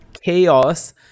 chaos